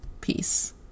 Peace